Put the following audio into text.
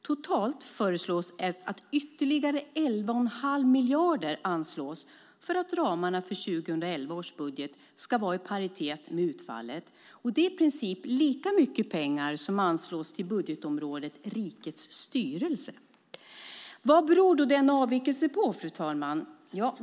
Totalt föreslås att ytterligare 11 1⁄2 miljard anslås för att ramarna för 2011 års budget ska vara i paritet med utfallet. Det är i princip lika mycket pengar som anslås till budgetområdet Rikets styrelse. Fru talman! Vad beror då denna avvikelse på?